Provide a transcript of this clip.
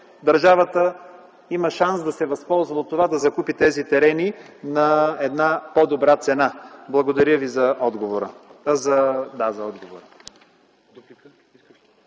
държавата има шанс да се възползва от това и да закупи тези терени на една по-добра цена. Благодаря Ви за отговора.